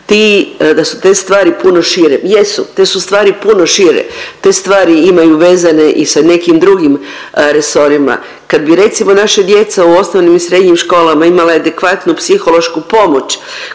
da su te stvari puno šire, jesu te su stvari puno šire, te stvari imaju vezane i sa nekim drugim resorima. Kad bi recimo naša djeca u osnovnim i srednjim školama imala adekvatnu psihološku pomoć